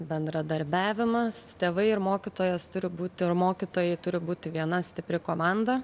bendradarbiavimas tėvai ir mokytojas turi būti ir mokytojai turi būti viena stipri komanda